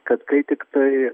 kad kai tiktai